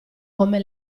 come